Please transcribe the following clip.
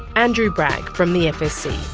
andrew bragg from the fsc.